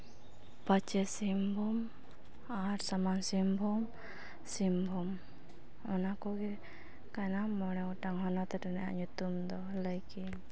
ᱯᱚᱪᱷᱤᱢ ᱥᱤᱝᱵᱷᱩᱢ ᱟᱨ ᱥᱟᱢᱟᱝ ᱥᱚᱝᱵᱷᱩᱢ ᱥᱤᱝᱵᱷᱩᱢ ᱚᱱᱟ ᱠᱚᱜᱮ ᱠᱟᱱᱟ ᱢᱚᱬᱮ ᱜᱚᱴᱟᱝ ᱦᱚᱱᱚᱛ ᱨᱮᱱᱟᱜ ᱧᱩᱛᱩᱢ ᱫᱚ ᱞᱟᱹᱭ ᱠᱮᱜ ᱤᱧ